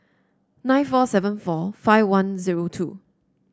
nine four seven four five one zero two